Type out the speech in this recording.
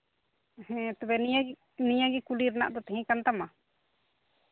ᱦᱮᱸ ᱛᱚᱵᱮ ᱱᱤᱭᱟᱹᱜᱮ ᱱᱤᱭᱟᱹᱜᱮ ᱠᱩᱞᱤ ᱨᱮᱱᱟᱜ ᱛᱟᱦᱮᱸ ᱠᱟᱱ ᱛᱟᱢᱟ